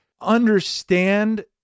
understand